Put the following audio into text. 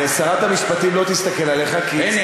שרת המשפטים לא תסתכל עליך, הנה.